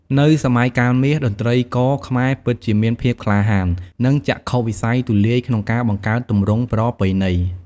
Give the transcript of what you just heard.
នៅ "សម័យកាលមាស" តន្ត្រីករខ្មែរពិតជាមានភាពក្លាហាន និងចក្ខុវិស័យទូលាយក្នុងការបង្កើតទម្រង់ប្រពៃណី។